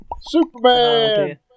Superman